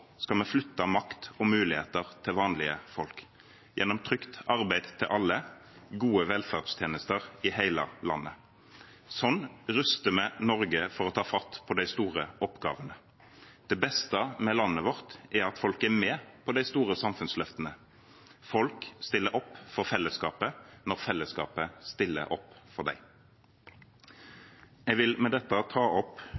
skal vi flytte makt og muligheter til vanlige folk gjennom trygt arbeid til alle og gode velferdstjenester i hele landet. Slik ruster vi Norge til å ta fatt på de store oppgavene. Det beste med landet vårt er at folk er med på de store samfunnsløftene. Folk stiller opp for fellesskapet når fellesskapet stiller opp for